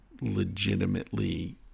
legitimately